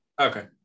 Okay